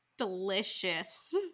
Delicious